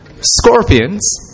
scorpions